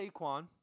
Saquon